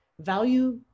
value